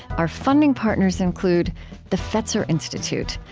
our funding partners include the fetzer institute,